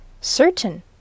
Certain